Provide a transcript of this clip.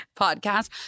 podcast